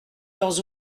leurs